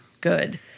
Good